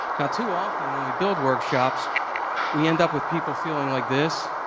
now too often when we build workshops we end up with people feeling like this.